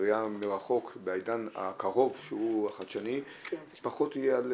בראייה מרחוק בעידן הקרוב שהוא החדשני פחות יהיה על